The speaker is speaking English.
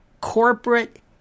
corporate